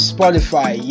Spotify